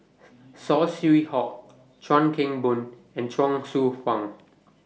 Saw Swee Hock Chuan Keng Boon and Chuang Hsueh Fang